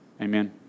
Amen